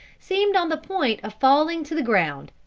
seemed on the point of falling to the ground.